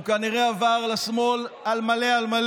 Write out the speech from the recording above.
לא, לא.